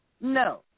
No